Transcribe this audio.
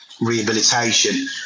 rehabilitation